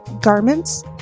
garments